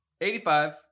85